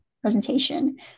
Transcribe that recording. presentation